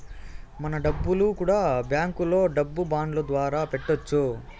మన డబ్బులు కూడా బ్యాంకులో డబ్బు బాండ్ల ద్వారా పెట్టొచ్చు